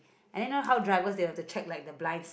and then know how driver they were to check like the blind